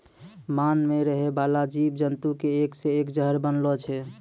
मान मे रहै बाला जिव जन्तु के एक से एक जहर बनलो छै